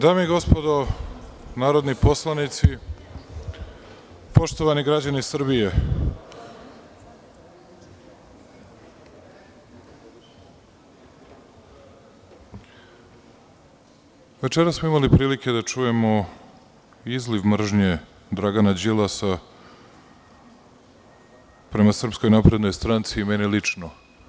Dame i gospodo narodni poslanici, poštovani građani Srbije, večeras smo imali prilike da čujemo izliv mržnje Dragana Đilasa prema SNS i mene lično.